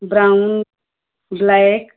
brown black